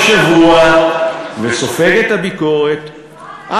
אני עומד פה כהרגלי בקודש כל שבוע וסופג את הביקורת,